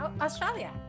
Australia